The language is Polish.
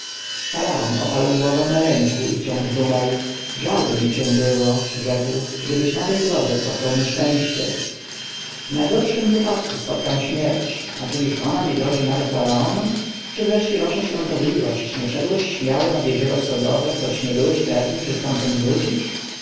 oparł głowę na ręku i wciąż dumał żalby mi cię było rzekł gdybyś na tej drodze spotkał nieszczęście w najgorszym wypadku spotkam śmierć a czyliż ona nie grozi nawet faraonom czy wreszcie wasza świątobliwość me szedłeś śmiało nad jeziora sodowe choć nie byłeś pewny czy stamtąd powrócisz